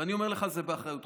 ואני אומר לך שזה באחריותך.